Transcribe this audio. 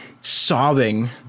sobbing